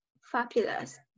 Fabulous